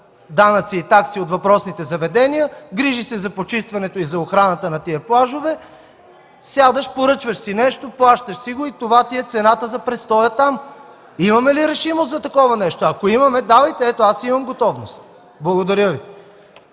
данъци и такси от въпросните заведения, грижи се за почистването и за охраната на тези плажове. Сядаш, поръчваш си нещо, плащаш си го и това ти е цената за престоя там. Имаме ли решимост за такова нещо? Ако имаме, давайте, ето, аз имам готовност. Благодаря Ви.